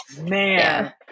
man